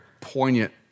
poignant